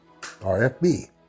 RFB